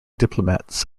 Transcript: diplomats